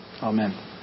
Amen